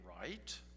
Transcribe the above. right